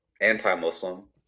anti-Muslim